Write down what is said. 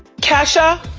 kesha,